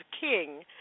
King